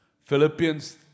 Philippians